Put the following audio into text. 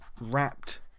wrapped